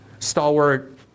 stalwart